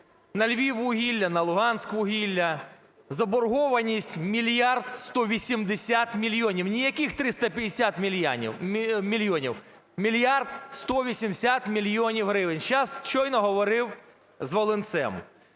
на "Львіввугілля", на "Луганськвугілля" – заборгованість 1 мільярд 180 мільйонів. Ніяких 350 мільйонів – 1 мільярд 180 мільйонів гривень! Щойно говорив з Волинцем.